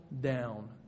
down